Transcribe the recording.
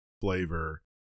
flavor